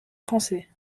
français